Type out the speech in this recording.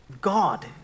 God